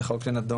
זה חוק שנדון,